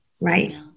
Right